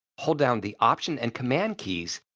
hold down the option and command keys,